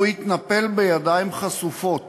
בילדים, הוא התנפל בידיים חשופות